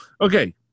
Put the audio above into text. Okay